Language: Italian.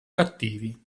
cattivi